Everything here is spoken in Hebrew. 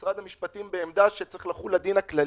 משרד המשפטים הוא בעמדה שצריך לחול הדין הכללי.